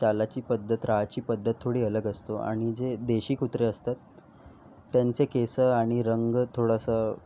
चालायची पद्धत रहायची पद्धत थोडी अलग असतो आणि जे देशी कुत्रे असतात त्यांचे केसं आणि रंग थोडंसं